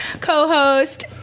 co-host